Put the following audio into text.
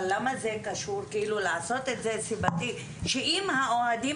אבל למה לעשות את זה סיבתי למקרה שהאוהדים